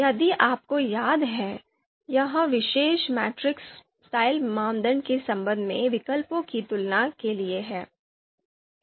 यदि आपको याद है यह विशेष मैट्रिक्स स्टाइल मानदंड के संबंध में विकल्पों की तुलना के लिए है